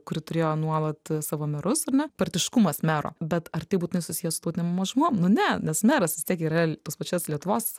kuri turėjo nuolat savo merus ar ne partiškumas mero bet ar tai būtinai susiję su tautinėm mažumom nu ne nes meras vis tiek yra tos pačios lietuvos